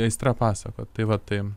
aistra pasakot tai va tai